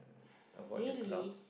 avoid the crowd